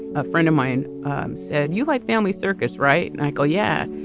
a friend of mine said, you like family circus, right? michael? yeah.